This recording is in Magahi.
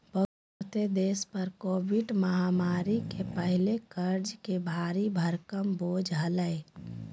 बहुते देश पर कोविड महामारी के पहले कर्ज के भारी भरकम बोझ हलय